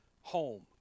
home